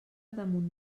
damunt